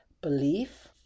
belief